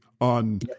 on